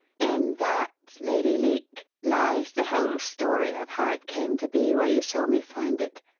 in that, lady leake, lies the whole story of how it came to be where you saw me find it.